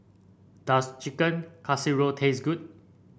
does Chicken Casserole taste good